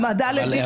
העמדה לדין.